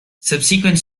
subsequent